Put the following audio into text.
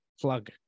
plug